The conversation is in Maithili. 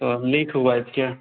ओ लिखू वाइफ के